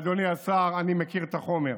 ואדוני השר, אני מכיר את החומר,